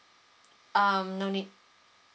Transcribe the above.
um no need